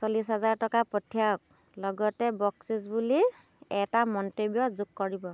চল্লিছ হেজাৰ টকা পঠিয়াওক লগতে বকচিচ বুলি এটা মন্তব্য যোগ কৰিব